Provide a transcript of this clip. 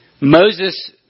Moses